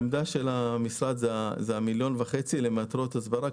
העמדה של המשרד היא לתת 1.6 מיליון שקל למטרות הסברה,